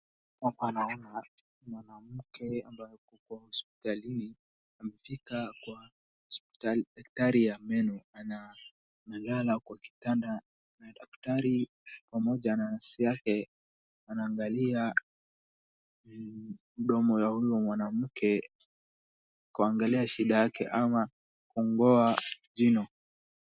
Hapa naona mwanamke ambaye ako hospitalini anafika kwa hospitali, daktari ya meno, analala kwa kitanda, na daktari pamoja na nurse yake anaangalia mdomo ya hiyo mwanamke kwangalia shida yake ama kung'oa jino.